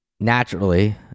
naturally